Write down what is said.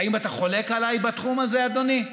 האם אתה חולק עליי בתחום הזה, אדוני?